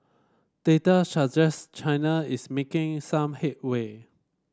data suggest China is making some headway